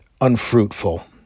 unfruitful